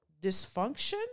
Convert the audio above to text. dysfunction